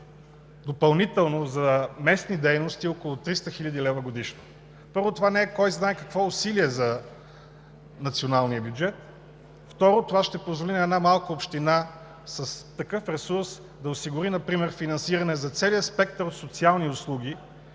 допълнително за местни дейности около 300 хил. лв. годишно. Първо, това не е кой знае какво усилие за националния бюджет, второ – това ще позволи на една малка община с такъв ресурс да осигури например финансиране за целия спектър от социални услуги,